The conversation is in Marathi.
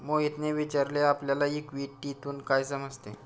मोहितने विचारले आपल्याला इक्विटीतून काय समजते?